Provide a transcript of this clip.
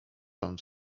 pan